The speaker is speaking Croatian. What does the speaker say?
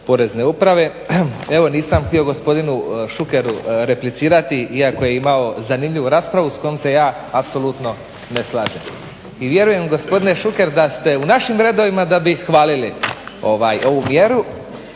Porezne uprave. Evo nisam htio gospodinu Šukeru replicirati, iako je imao zanimljivu raspravu s kojom se ja apsolutno ne slažem. I vjerujem gospodine Šuker da ste u našim gradovima da bi hvalili ovu mjeru.